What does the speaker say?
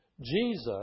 Jesus